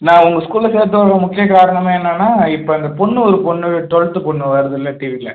நான் உங்கள் ஸ்கூலில் சேர்த்து விடுகிற முக்கிய காரணம் என்னன்னா இப்போ பொண்ணு ஒரு பொண்ணு டுவல்த்து பொண்ணு வாருதுல டிவிலாம்